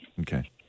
Okay